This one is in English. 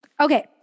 Okay